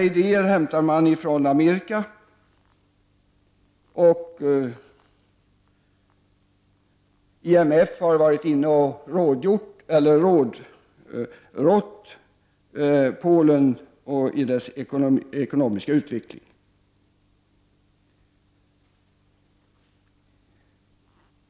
Idéerna hämtar man från Amerika, och IMF har varit inne och gett Polen råd när det gäller den ekonomiska utvecklingen.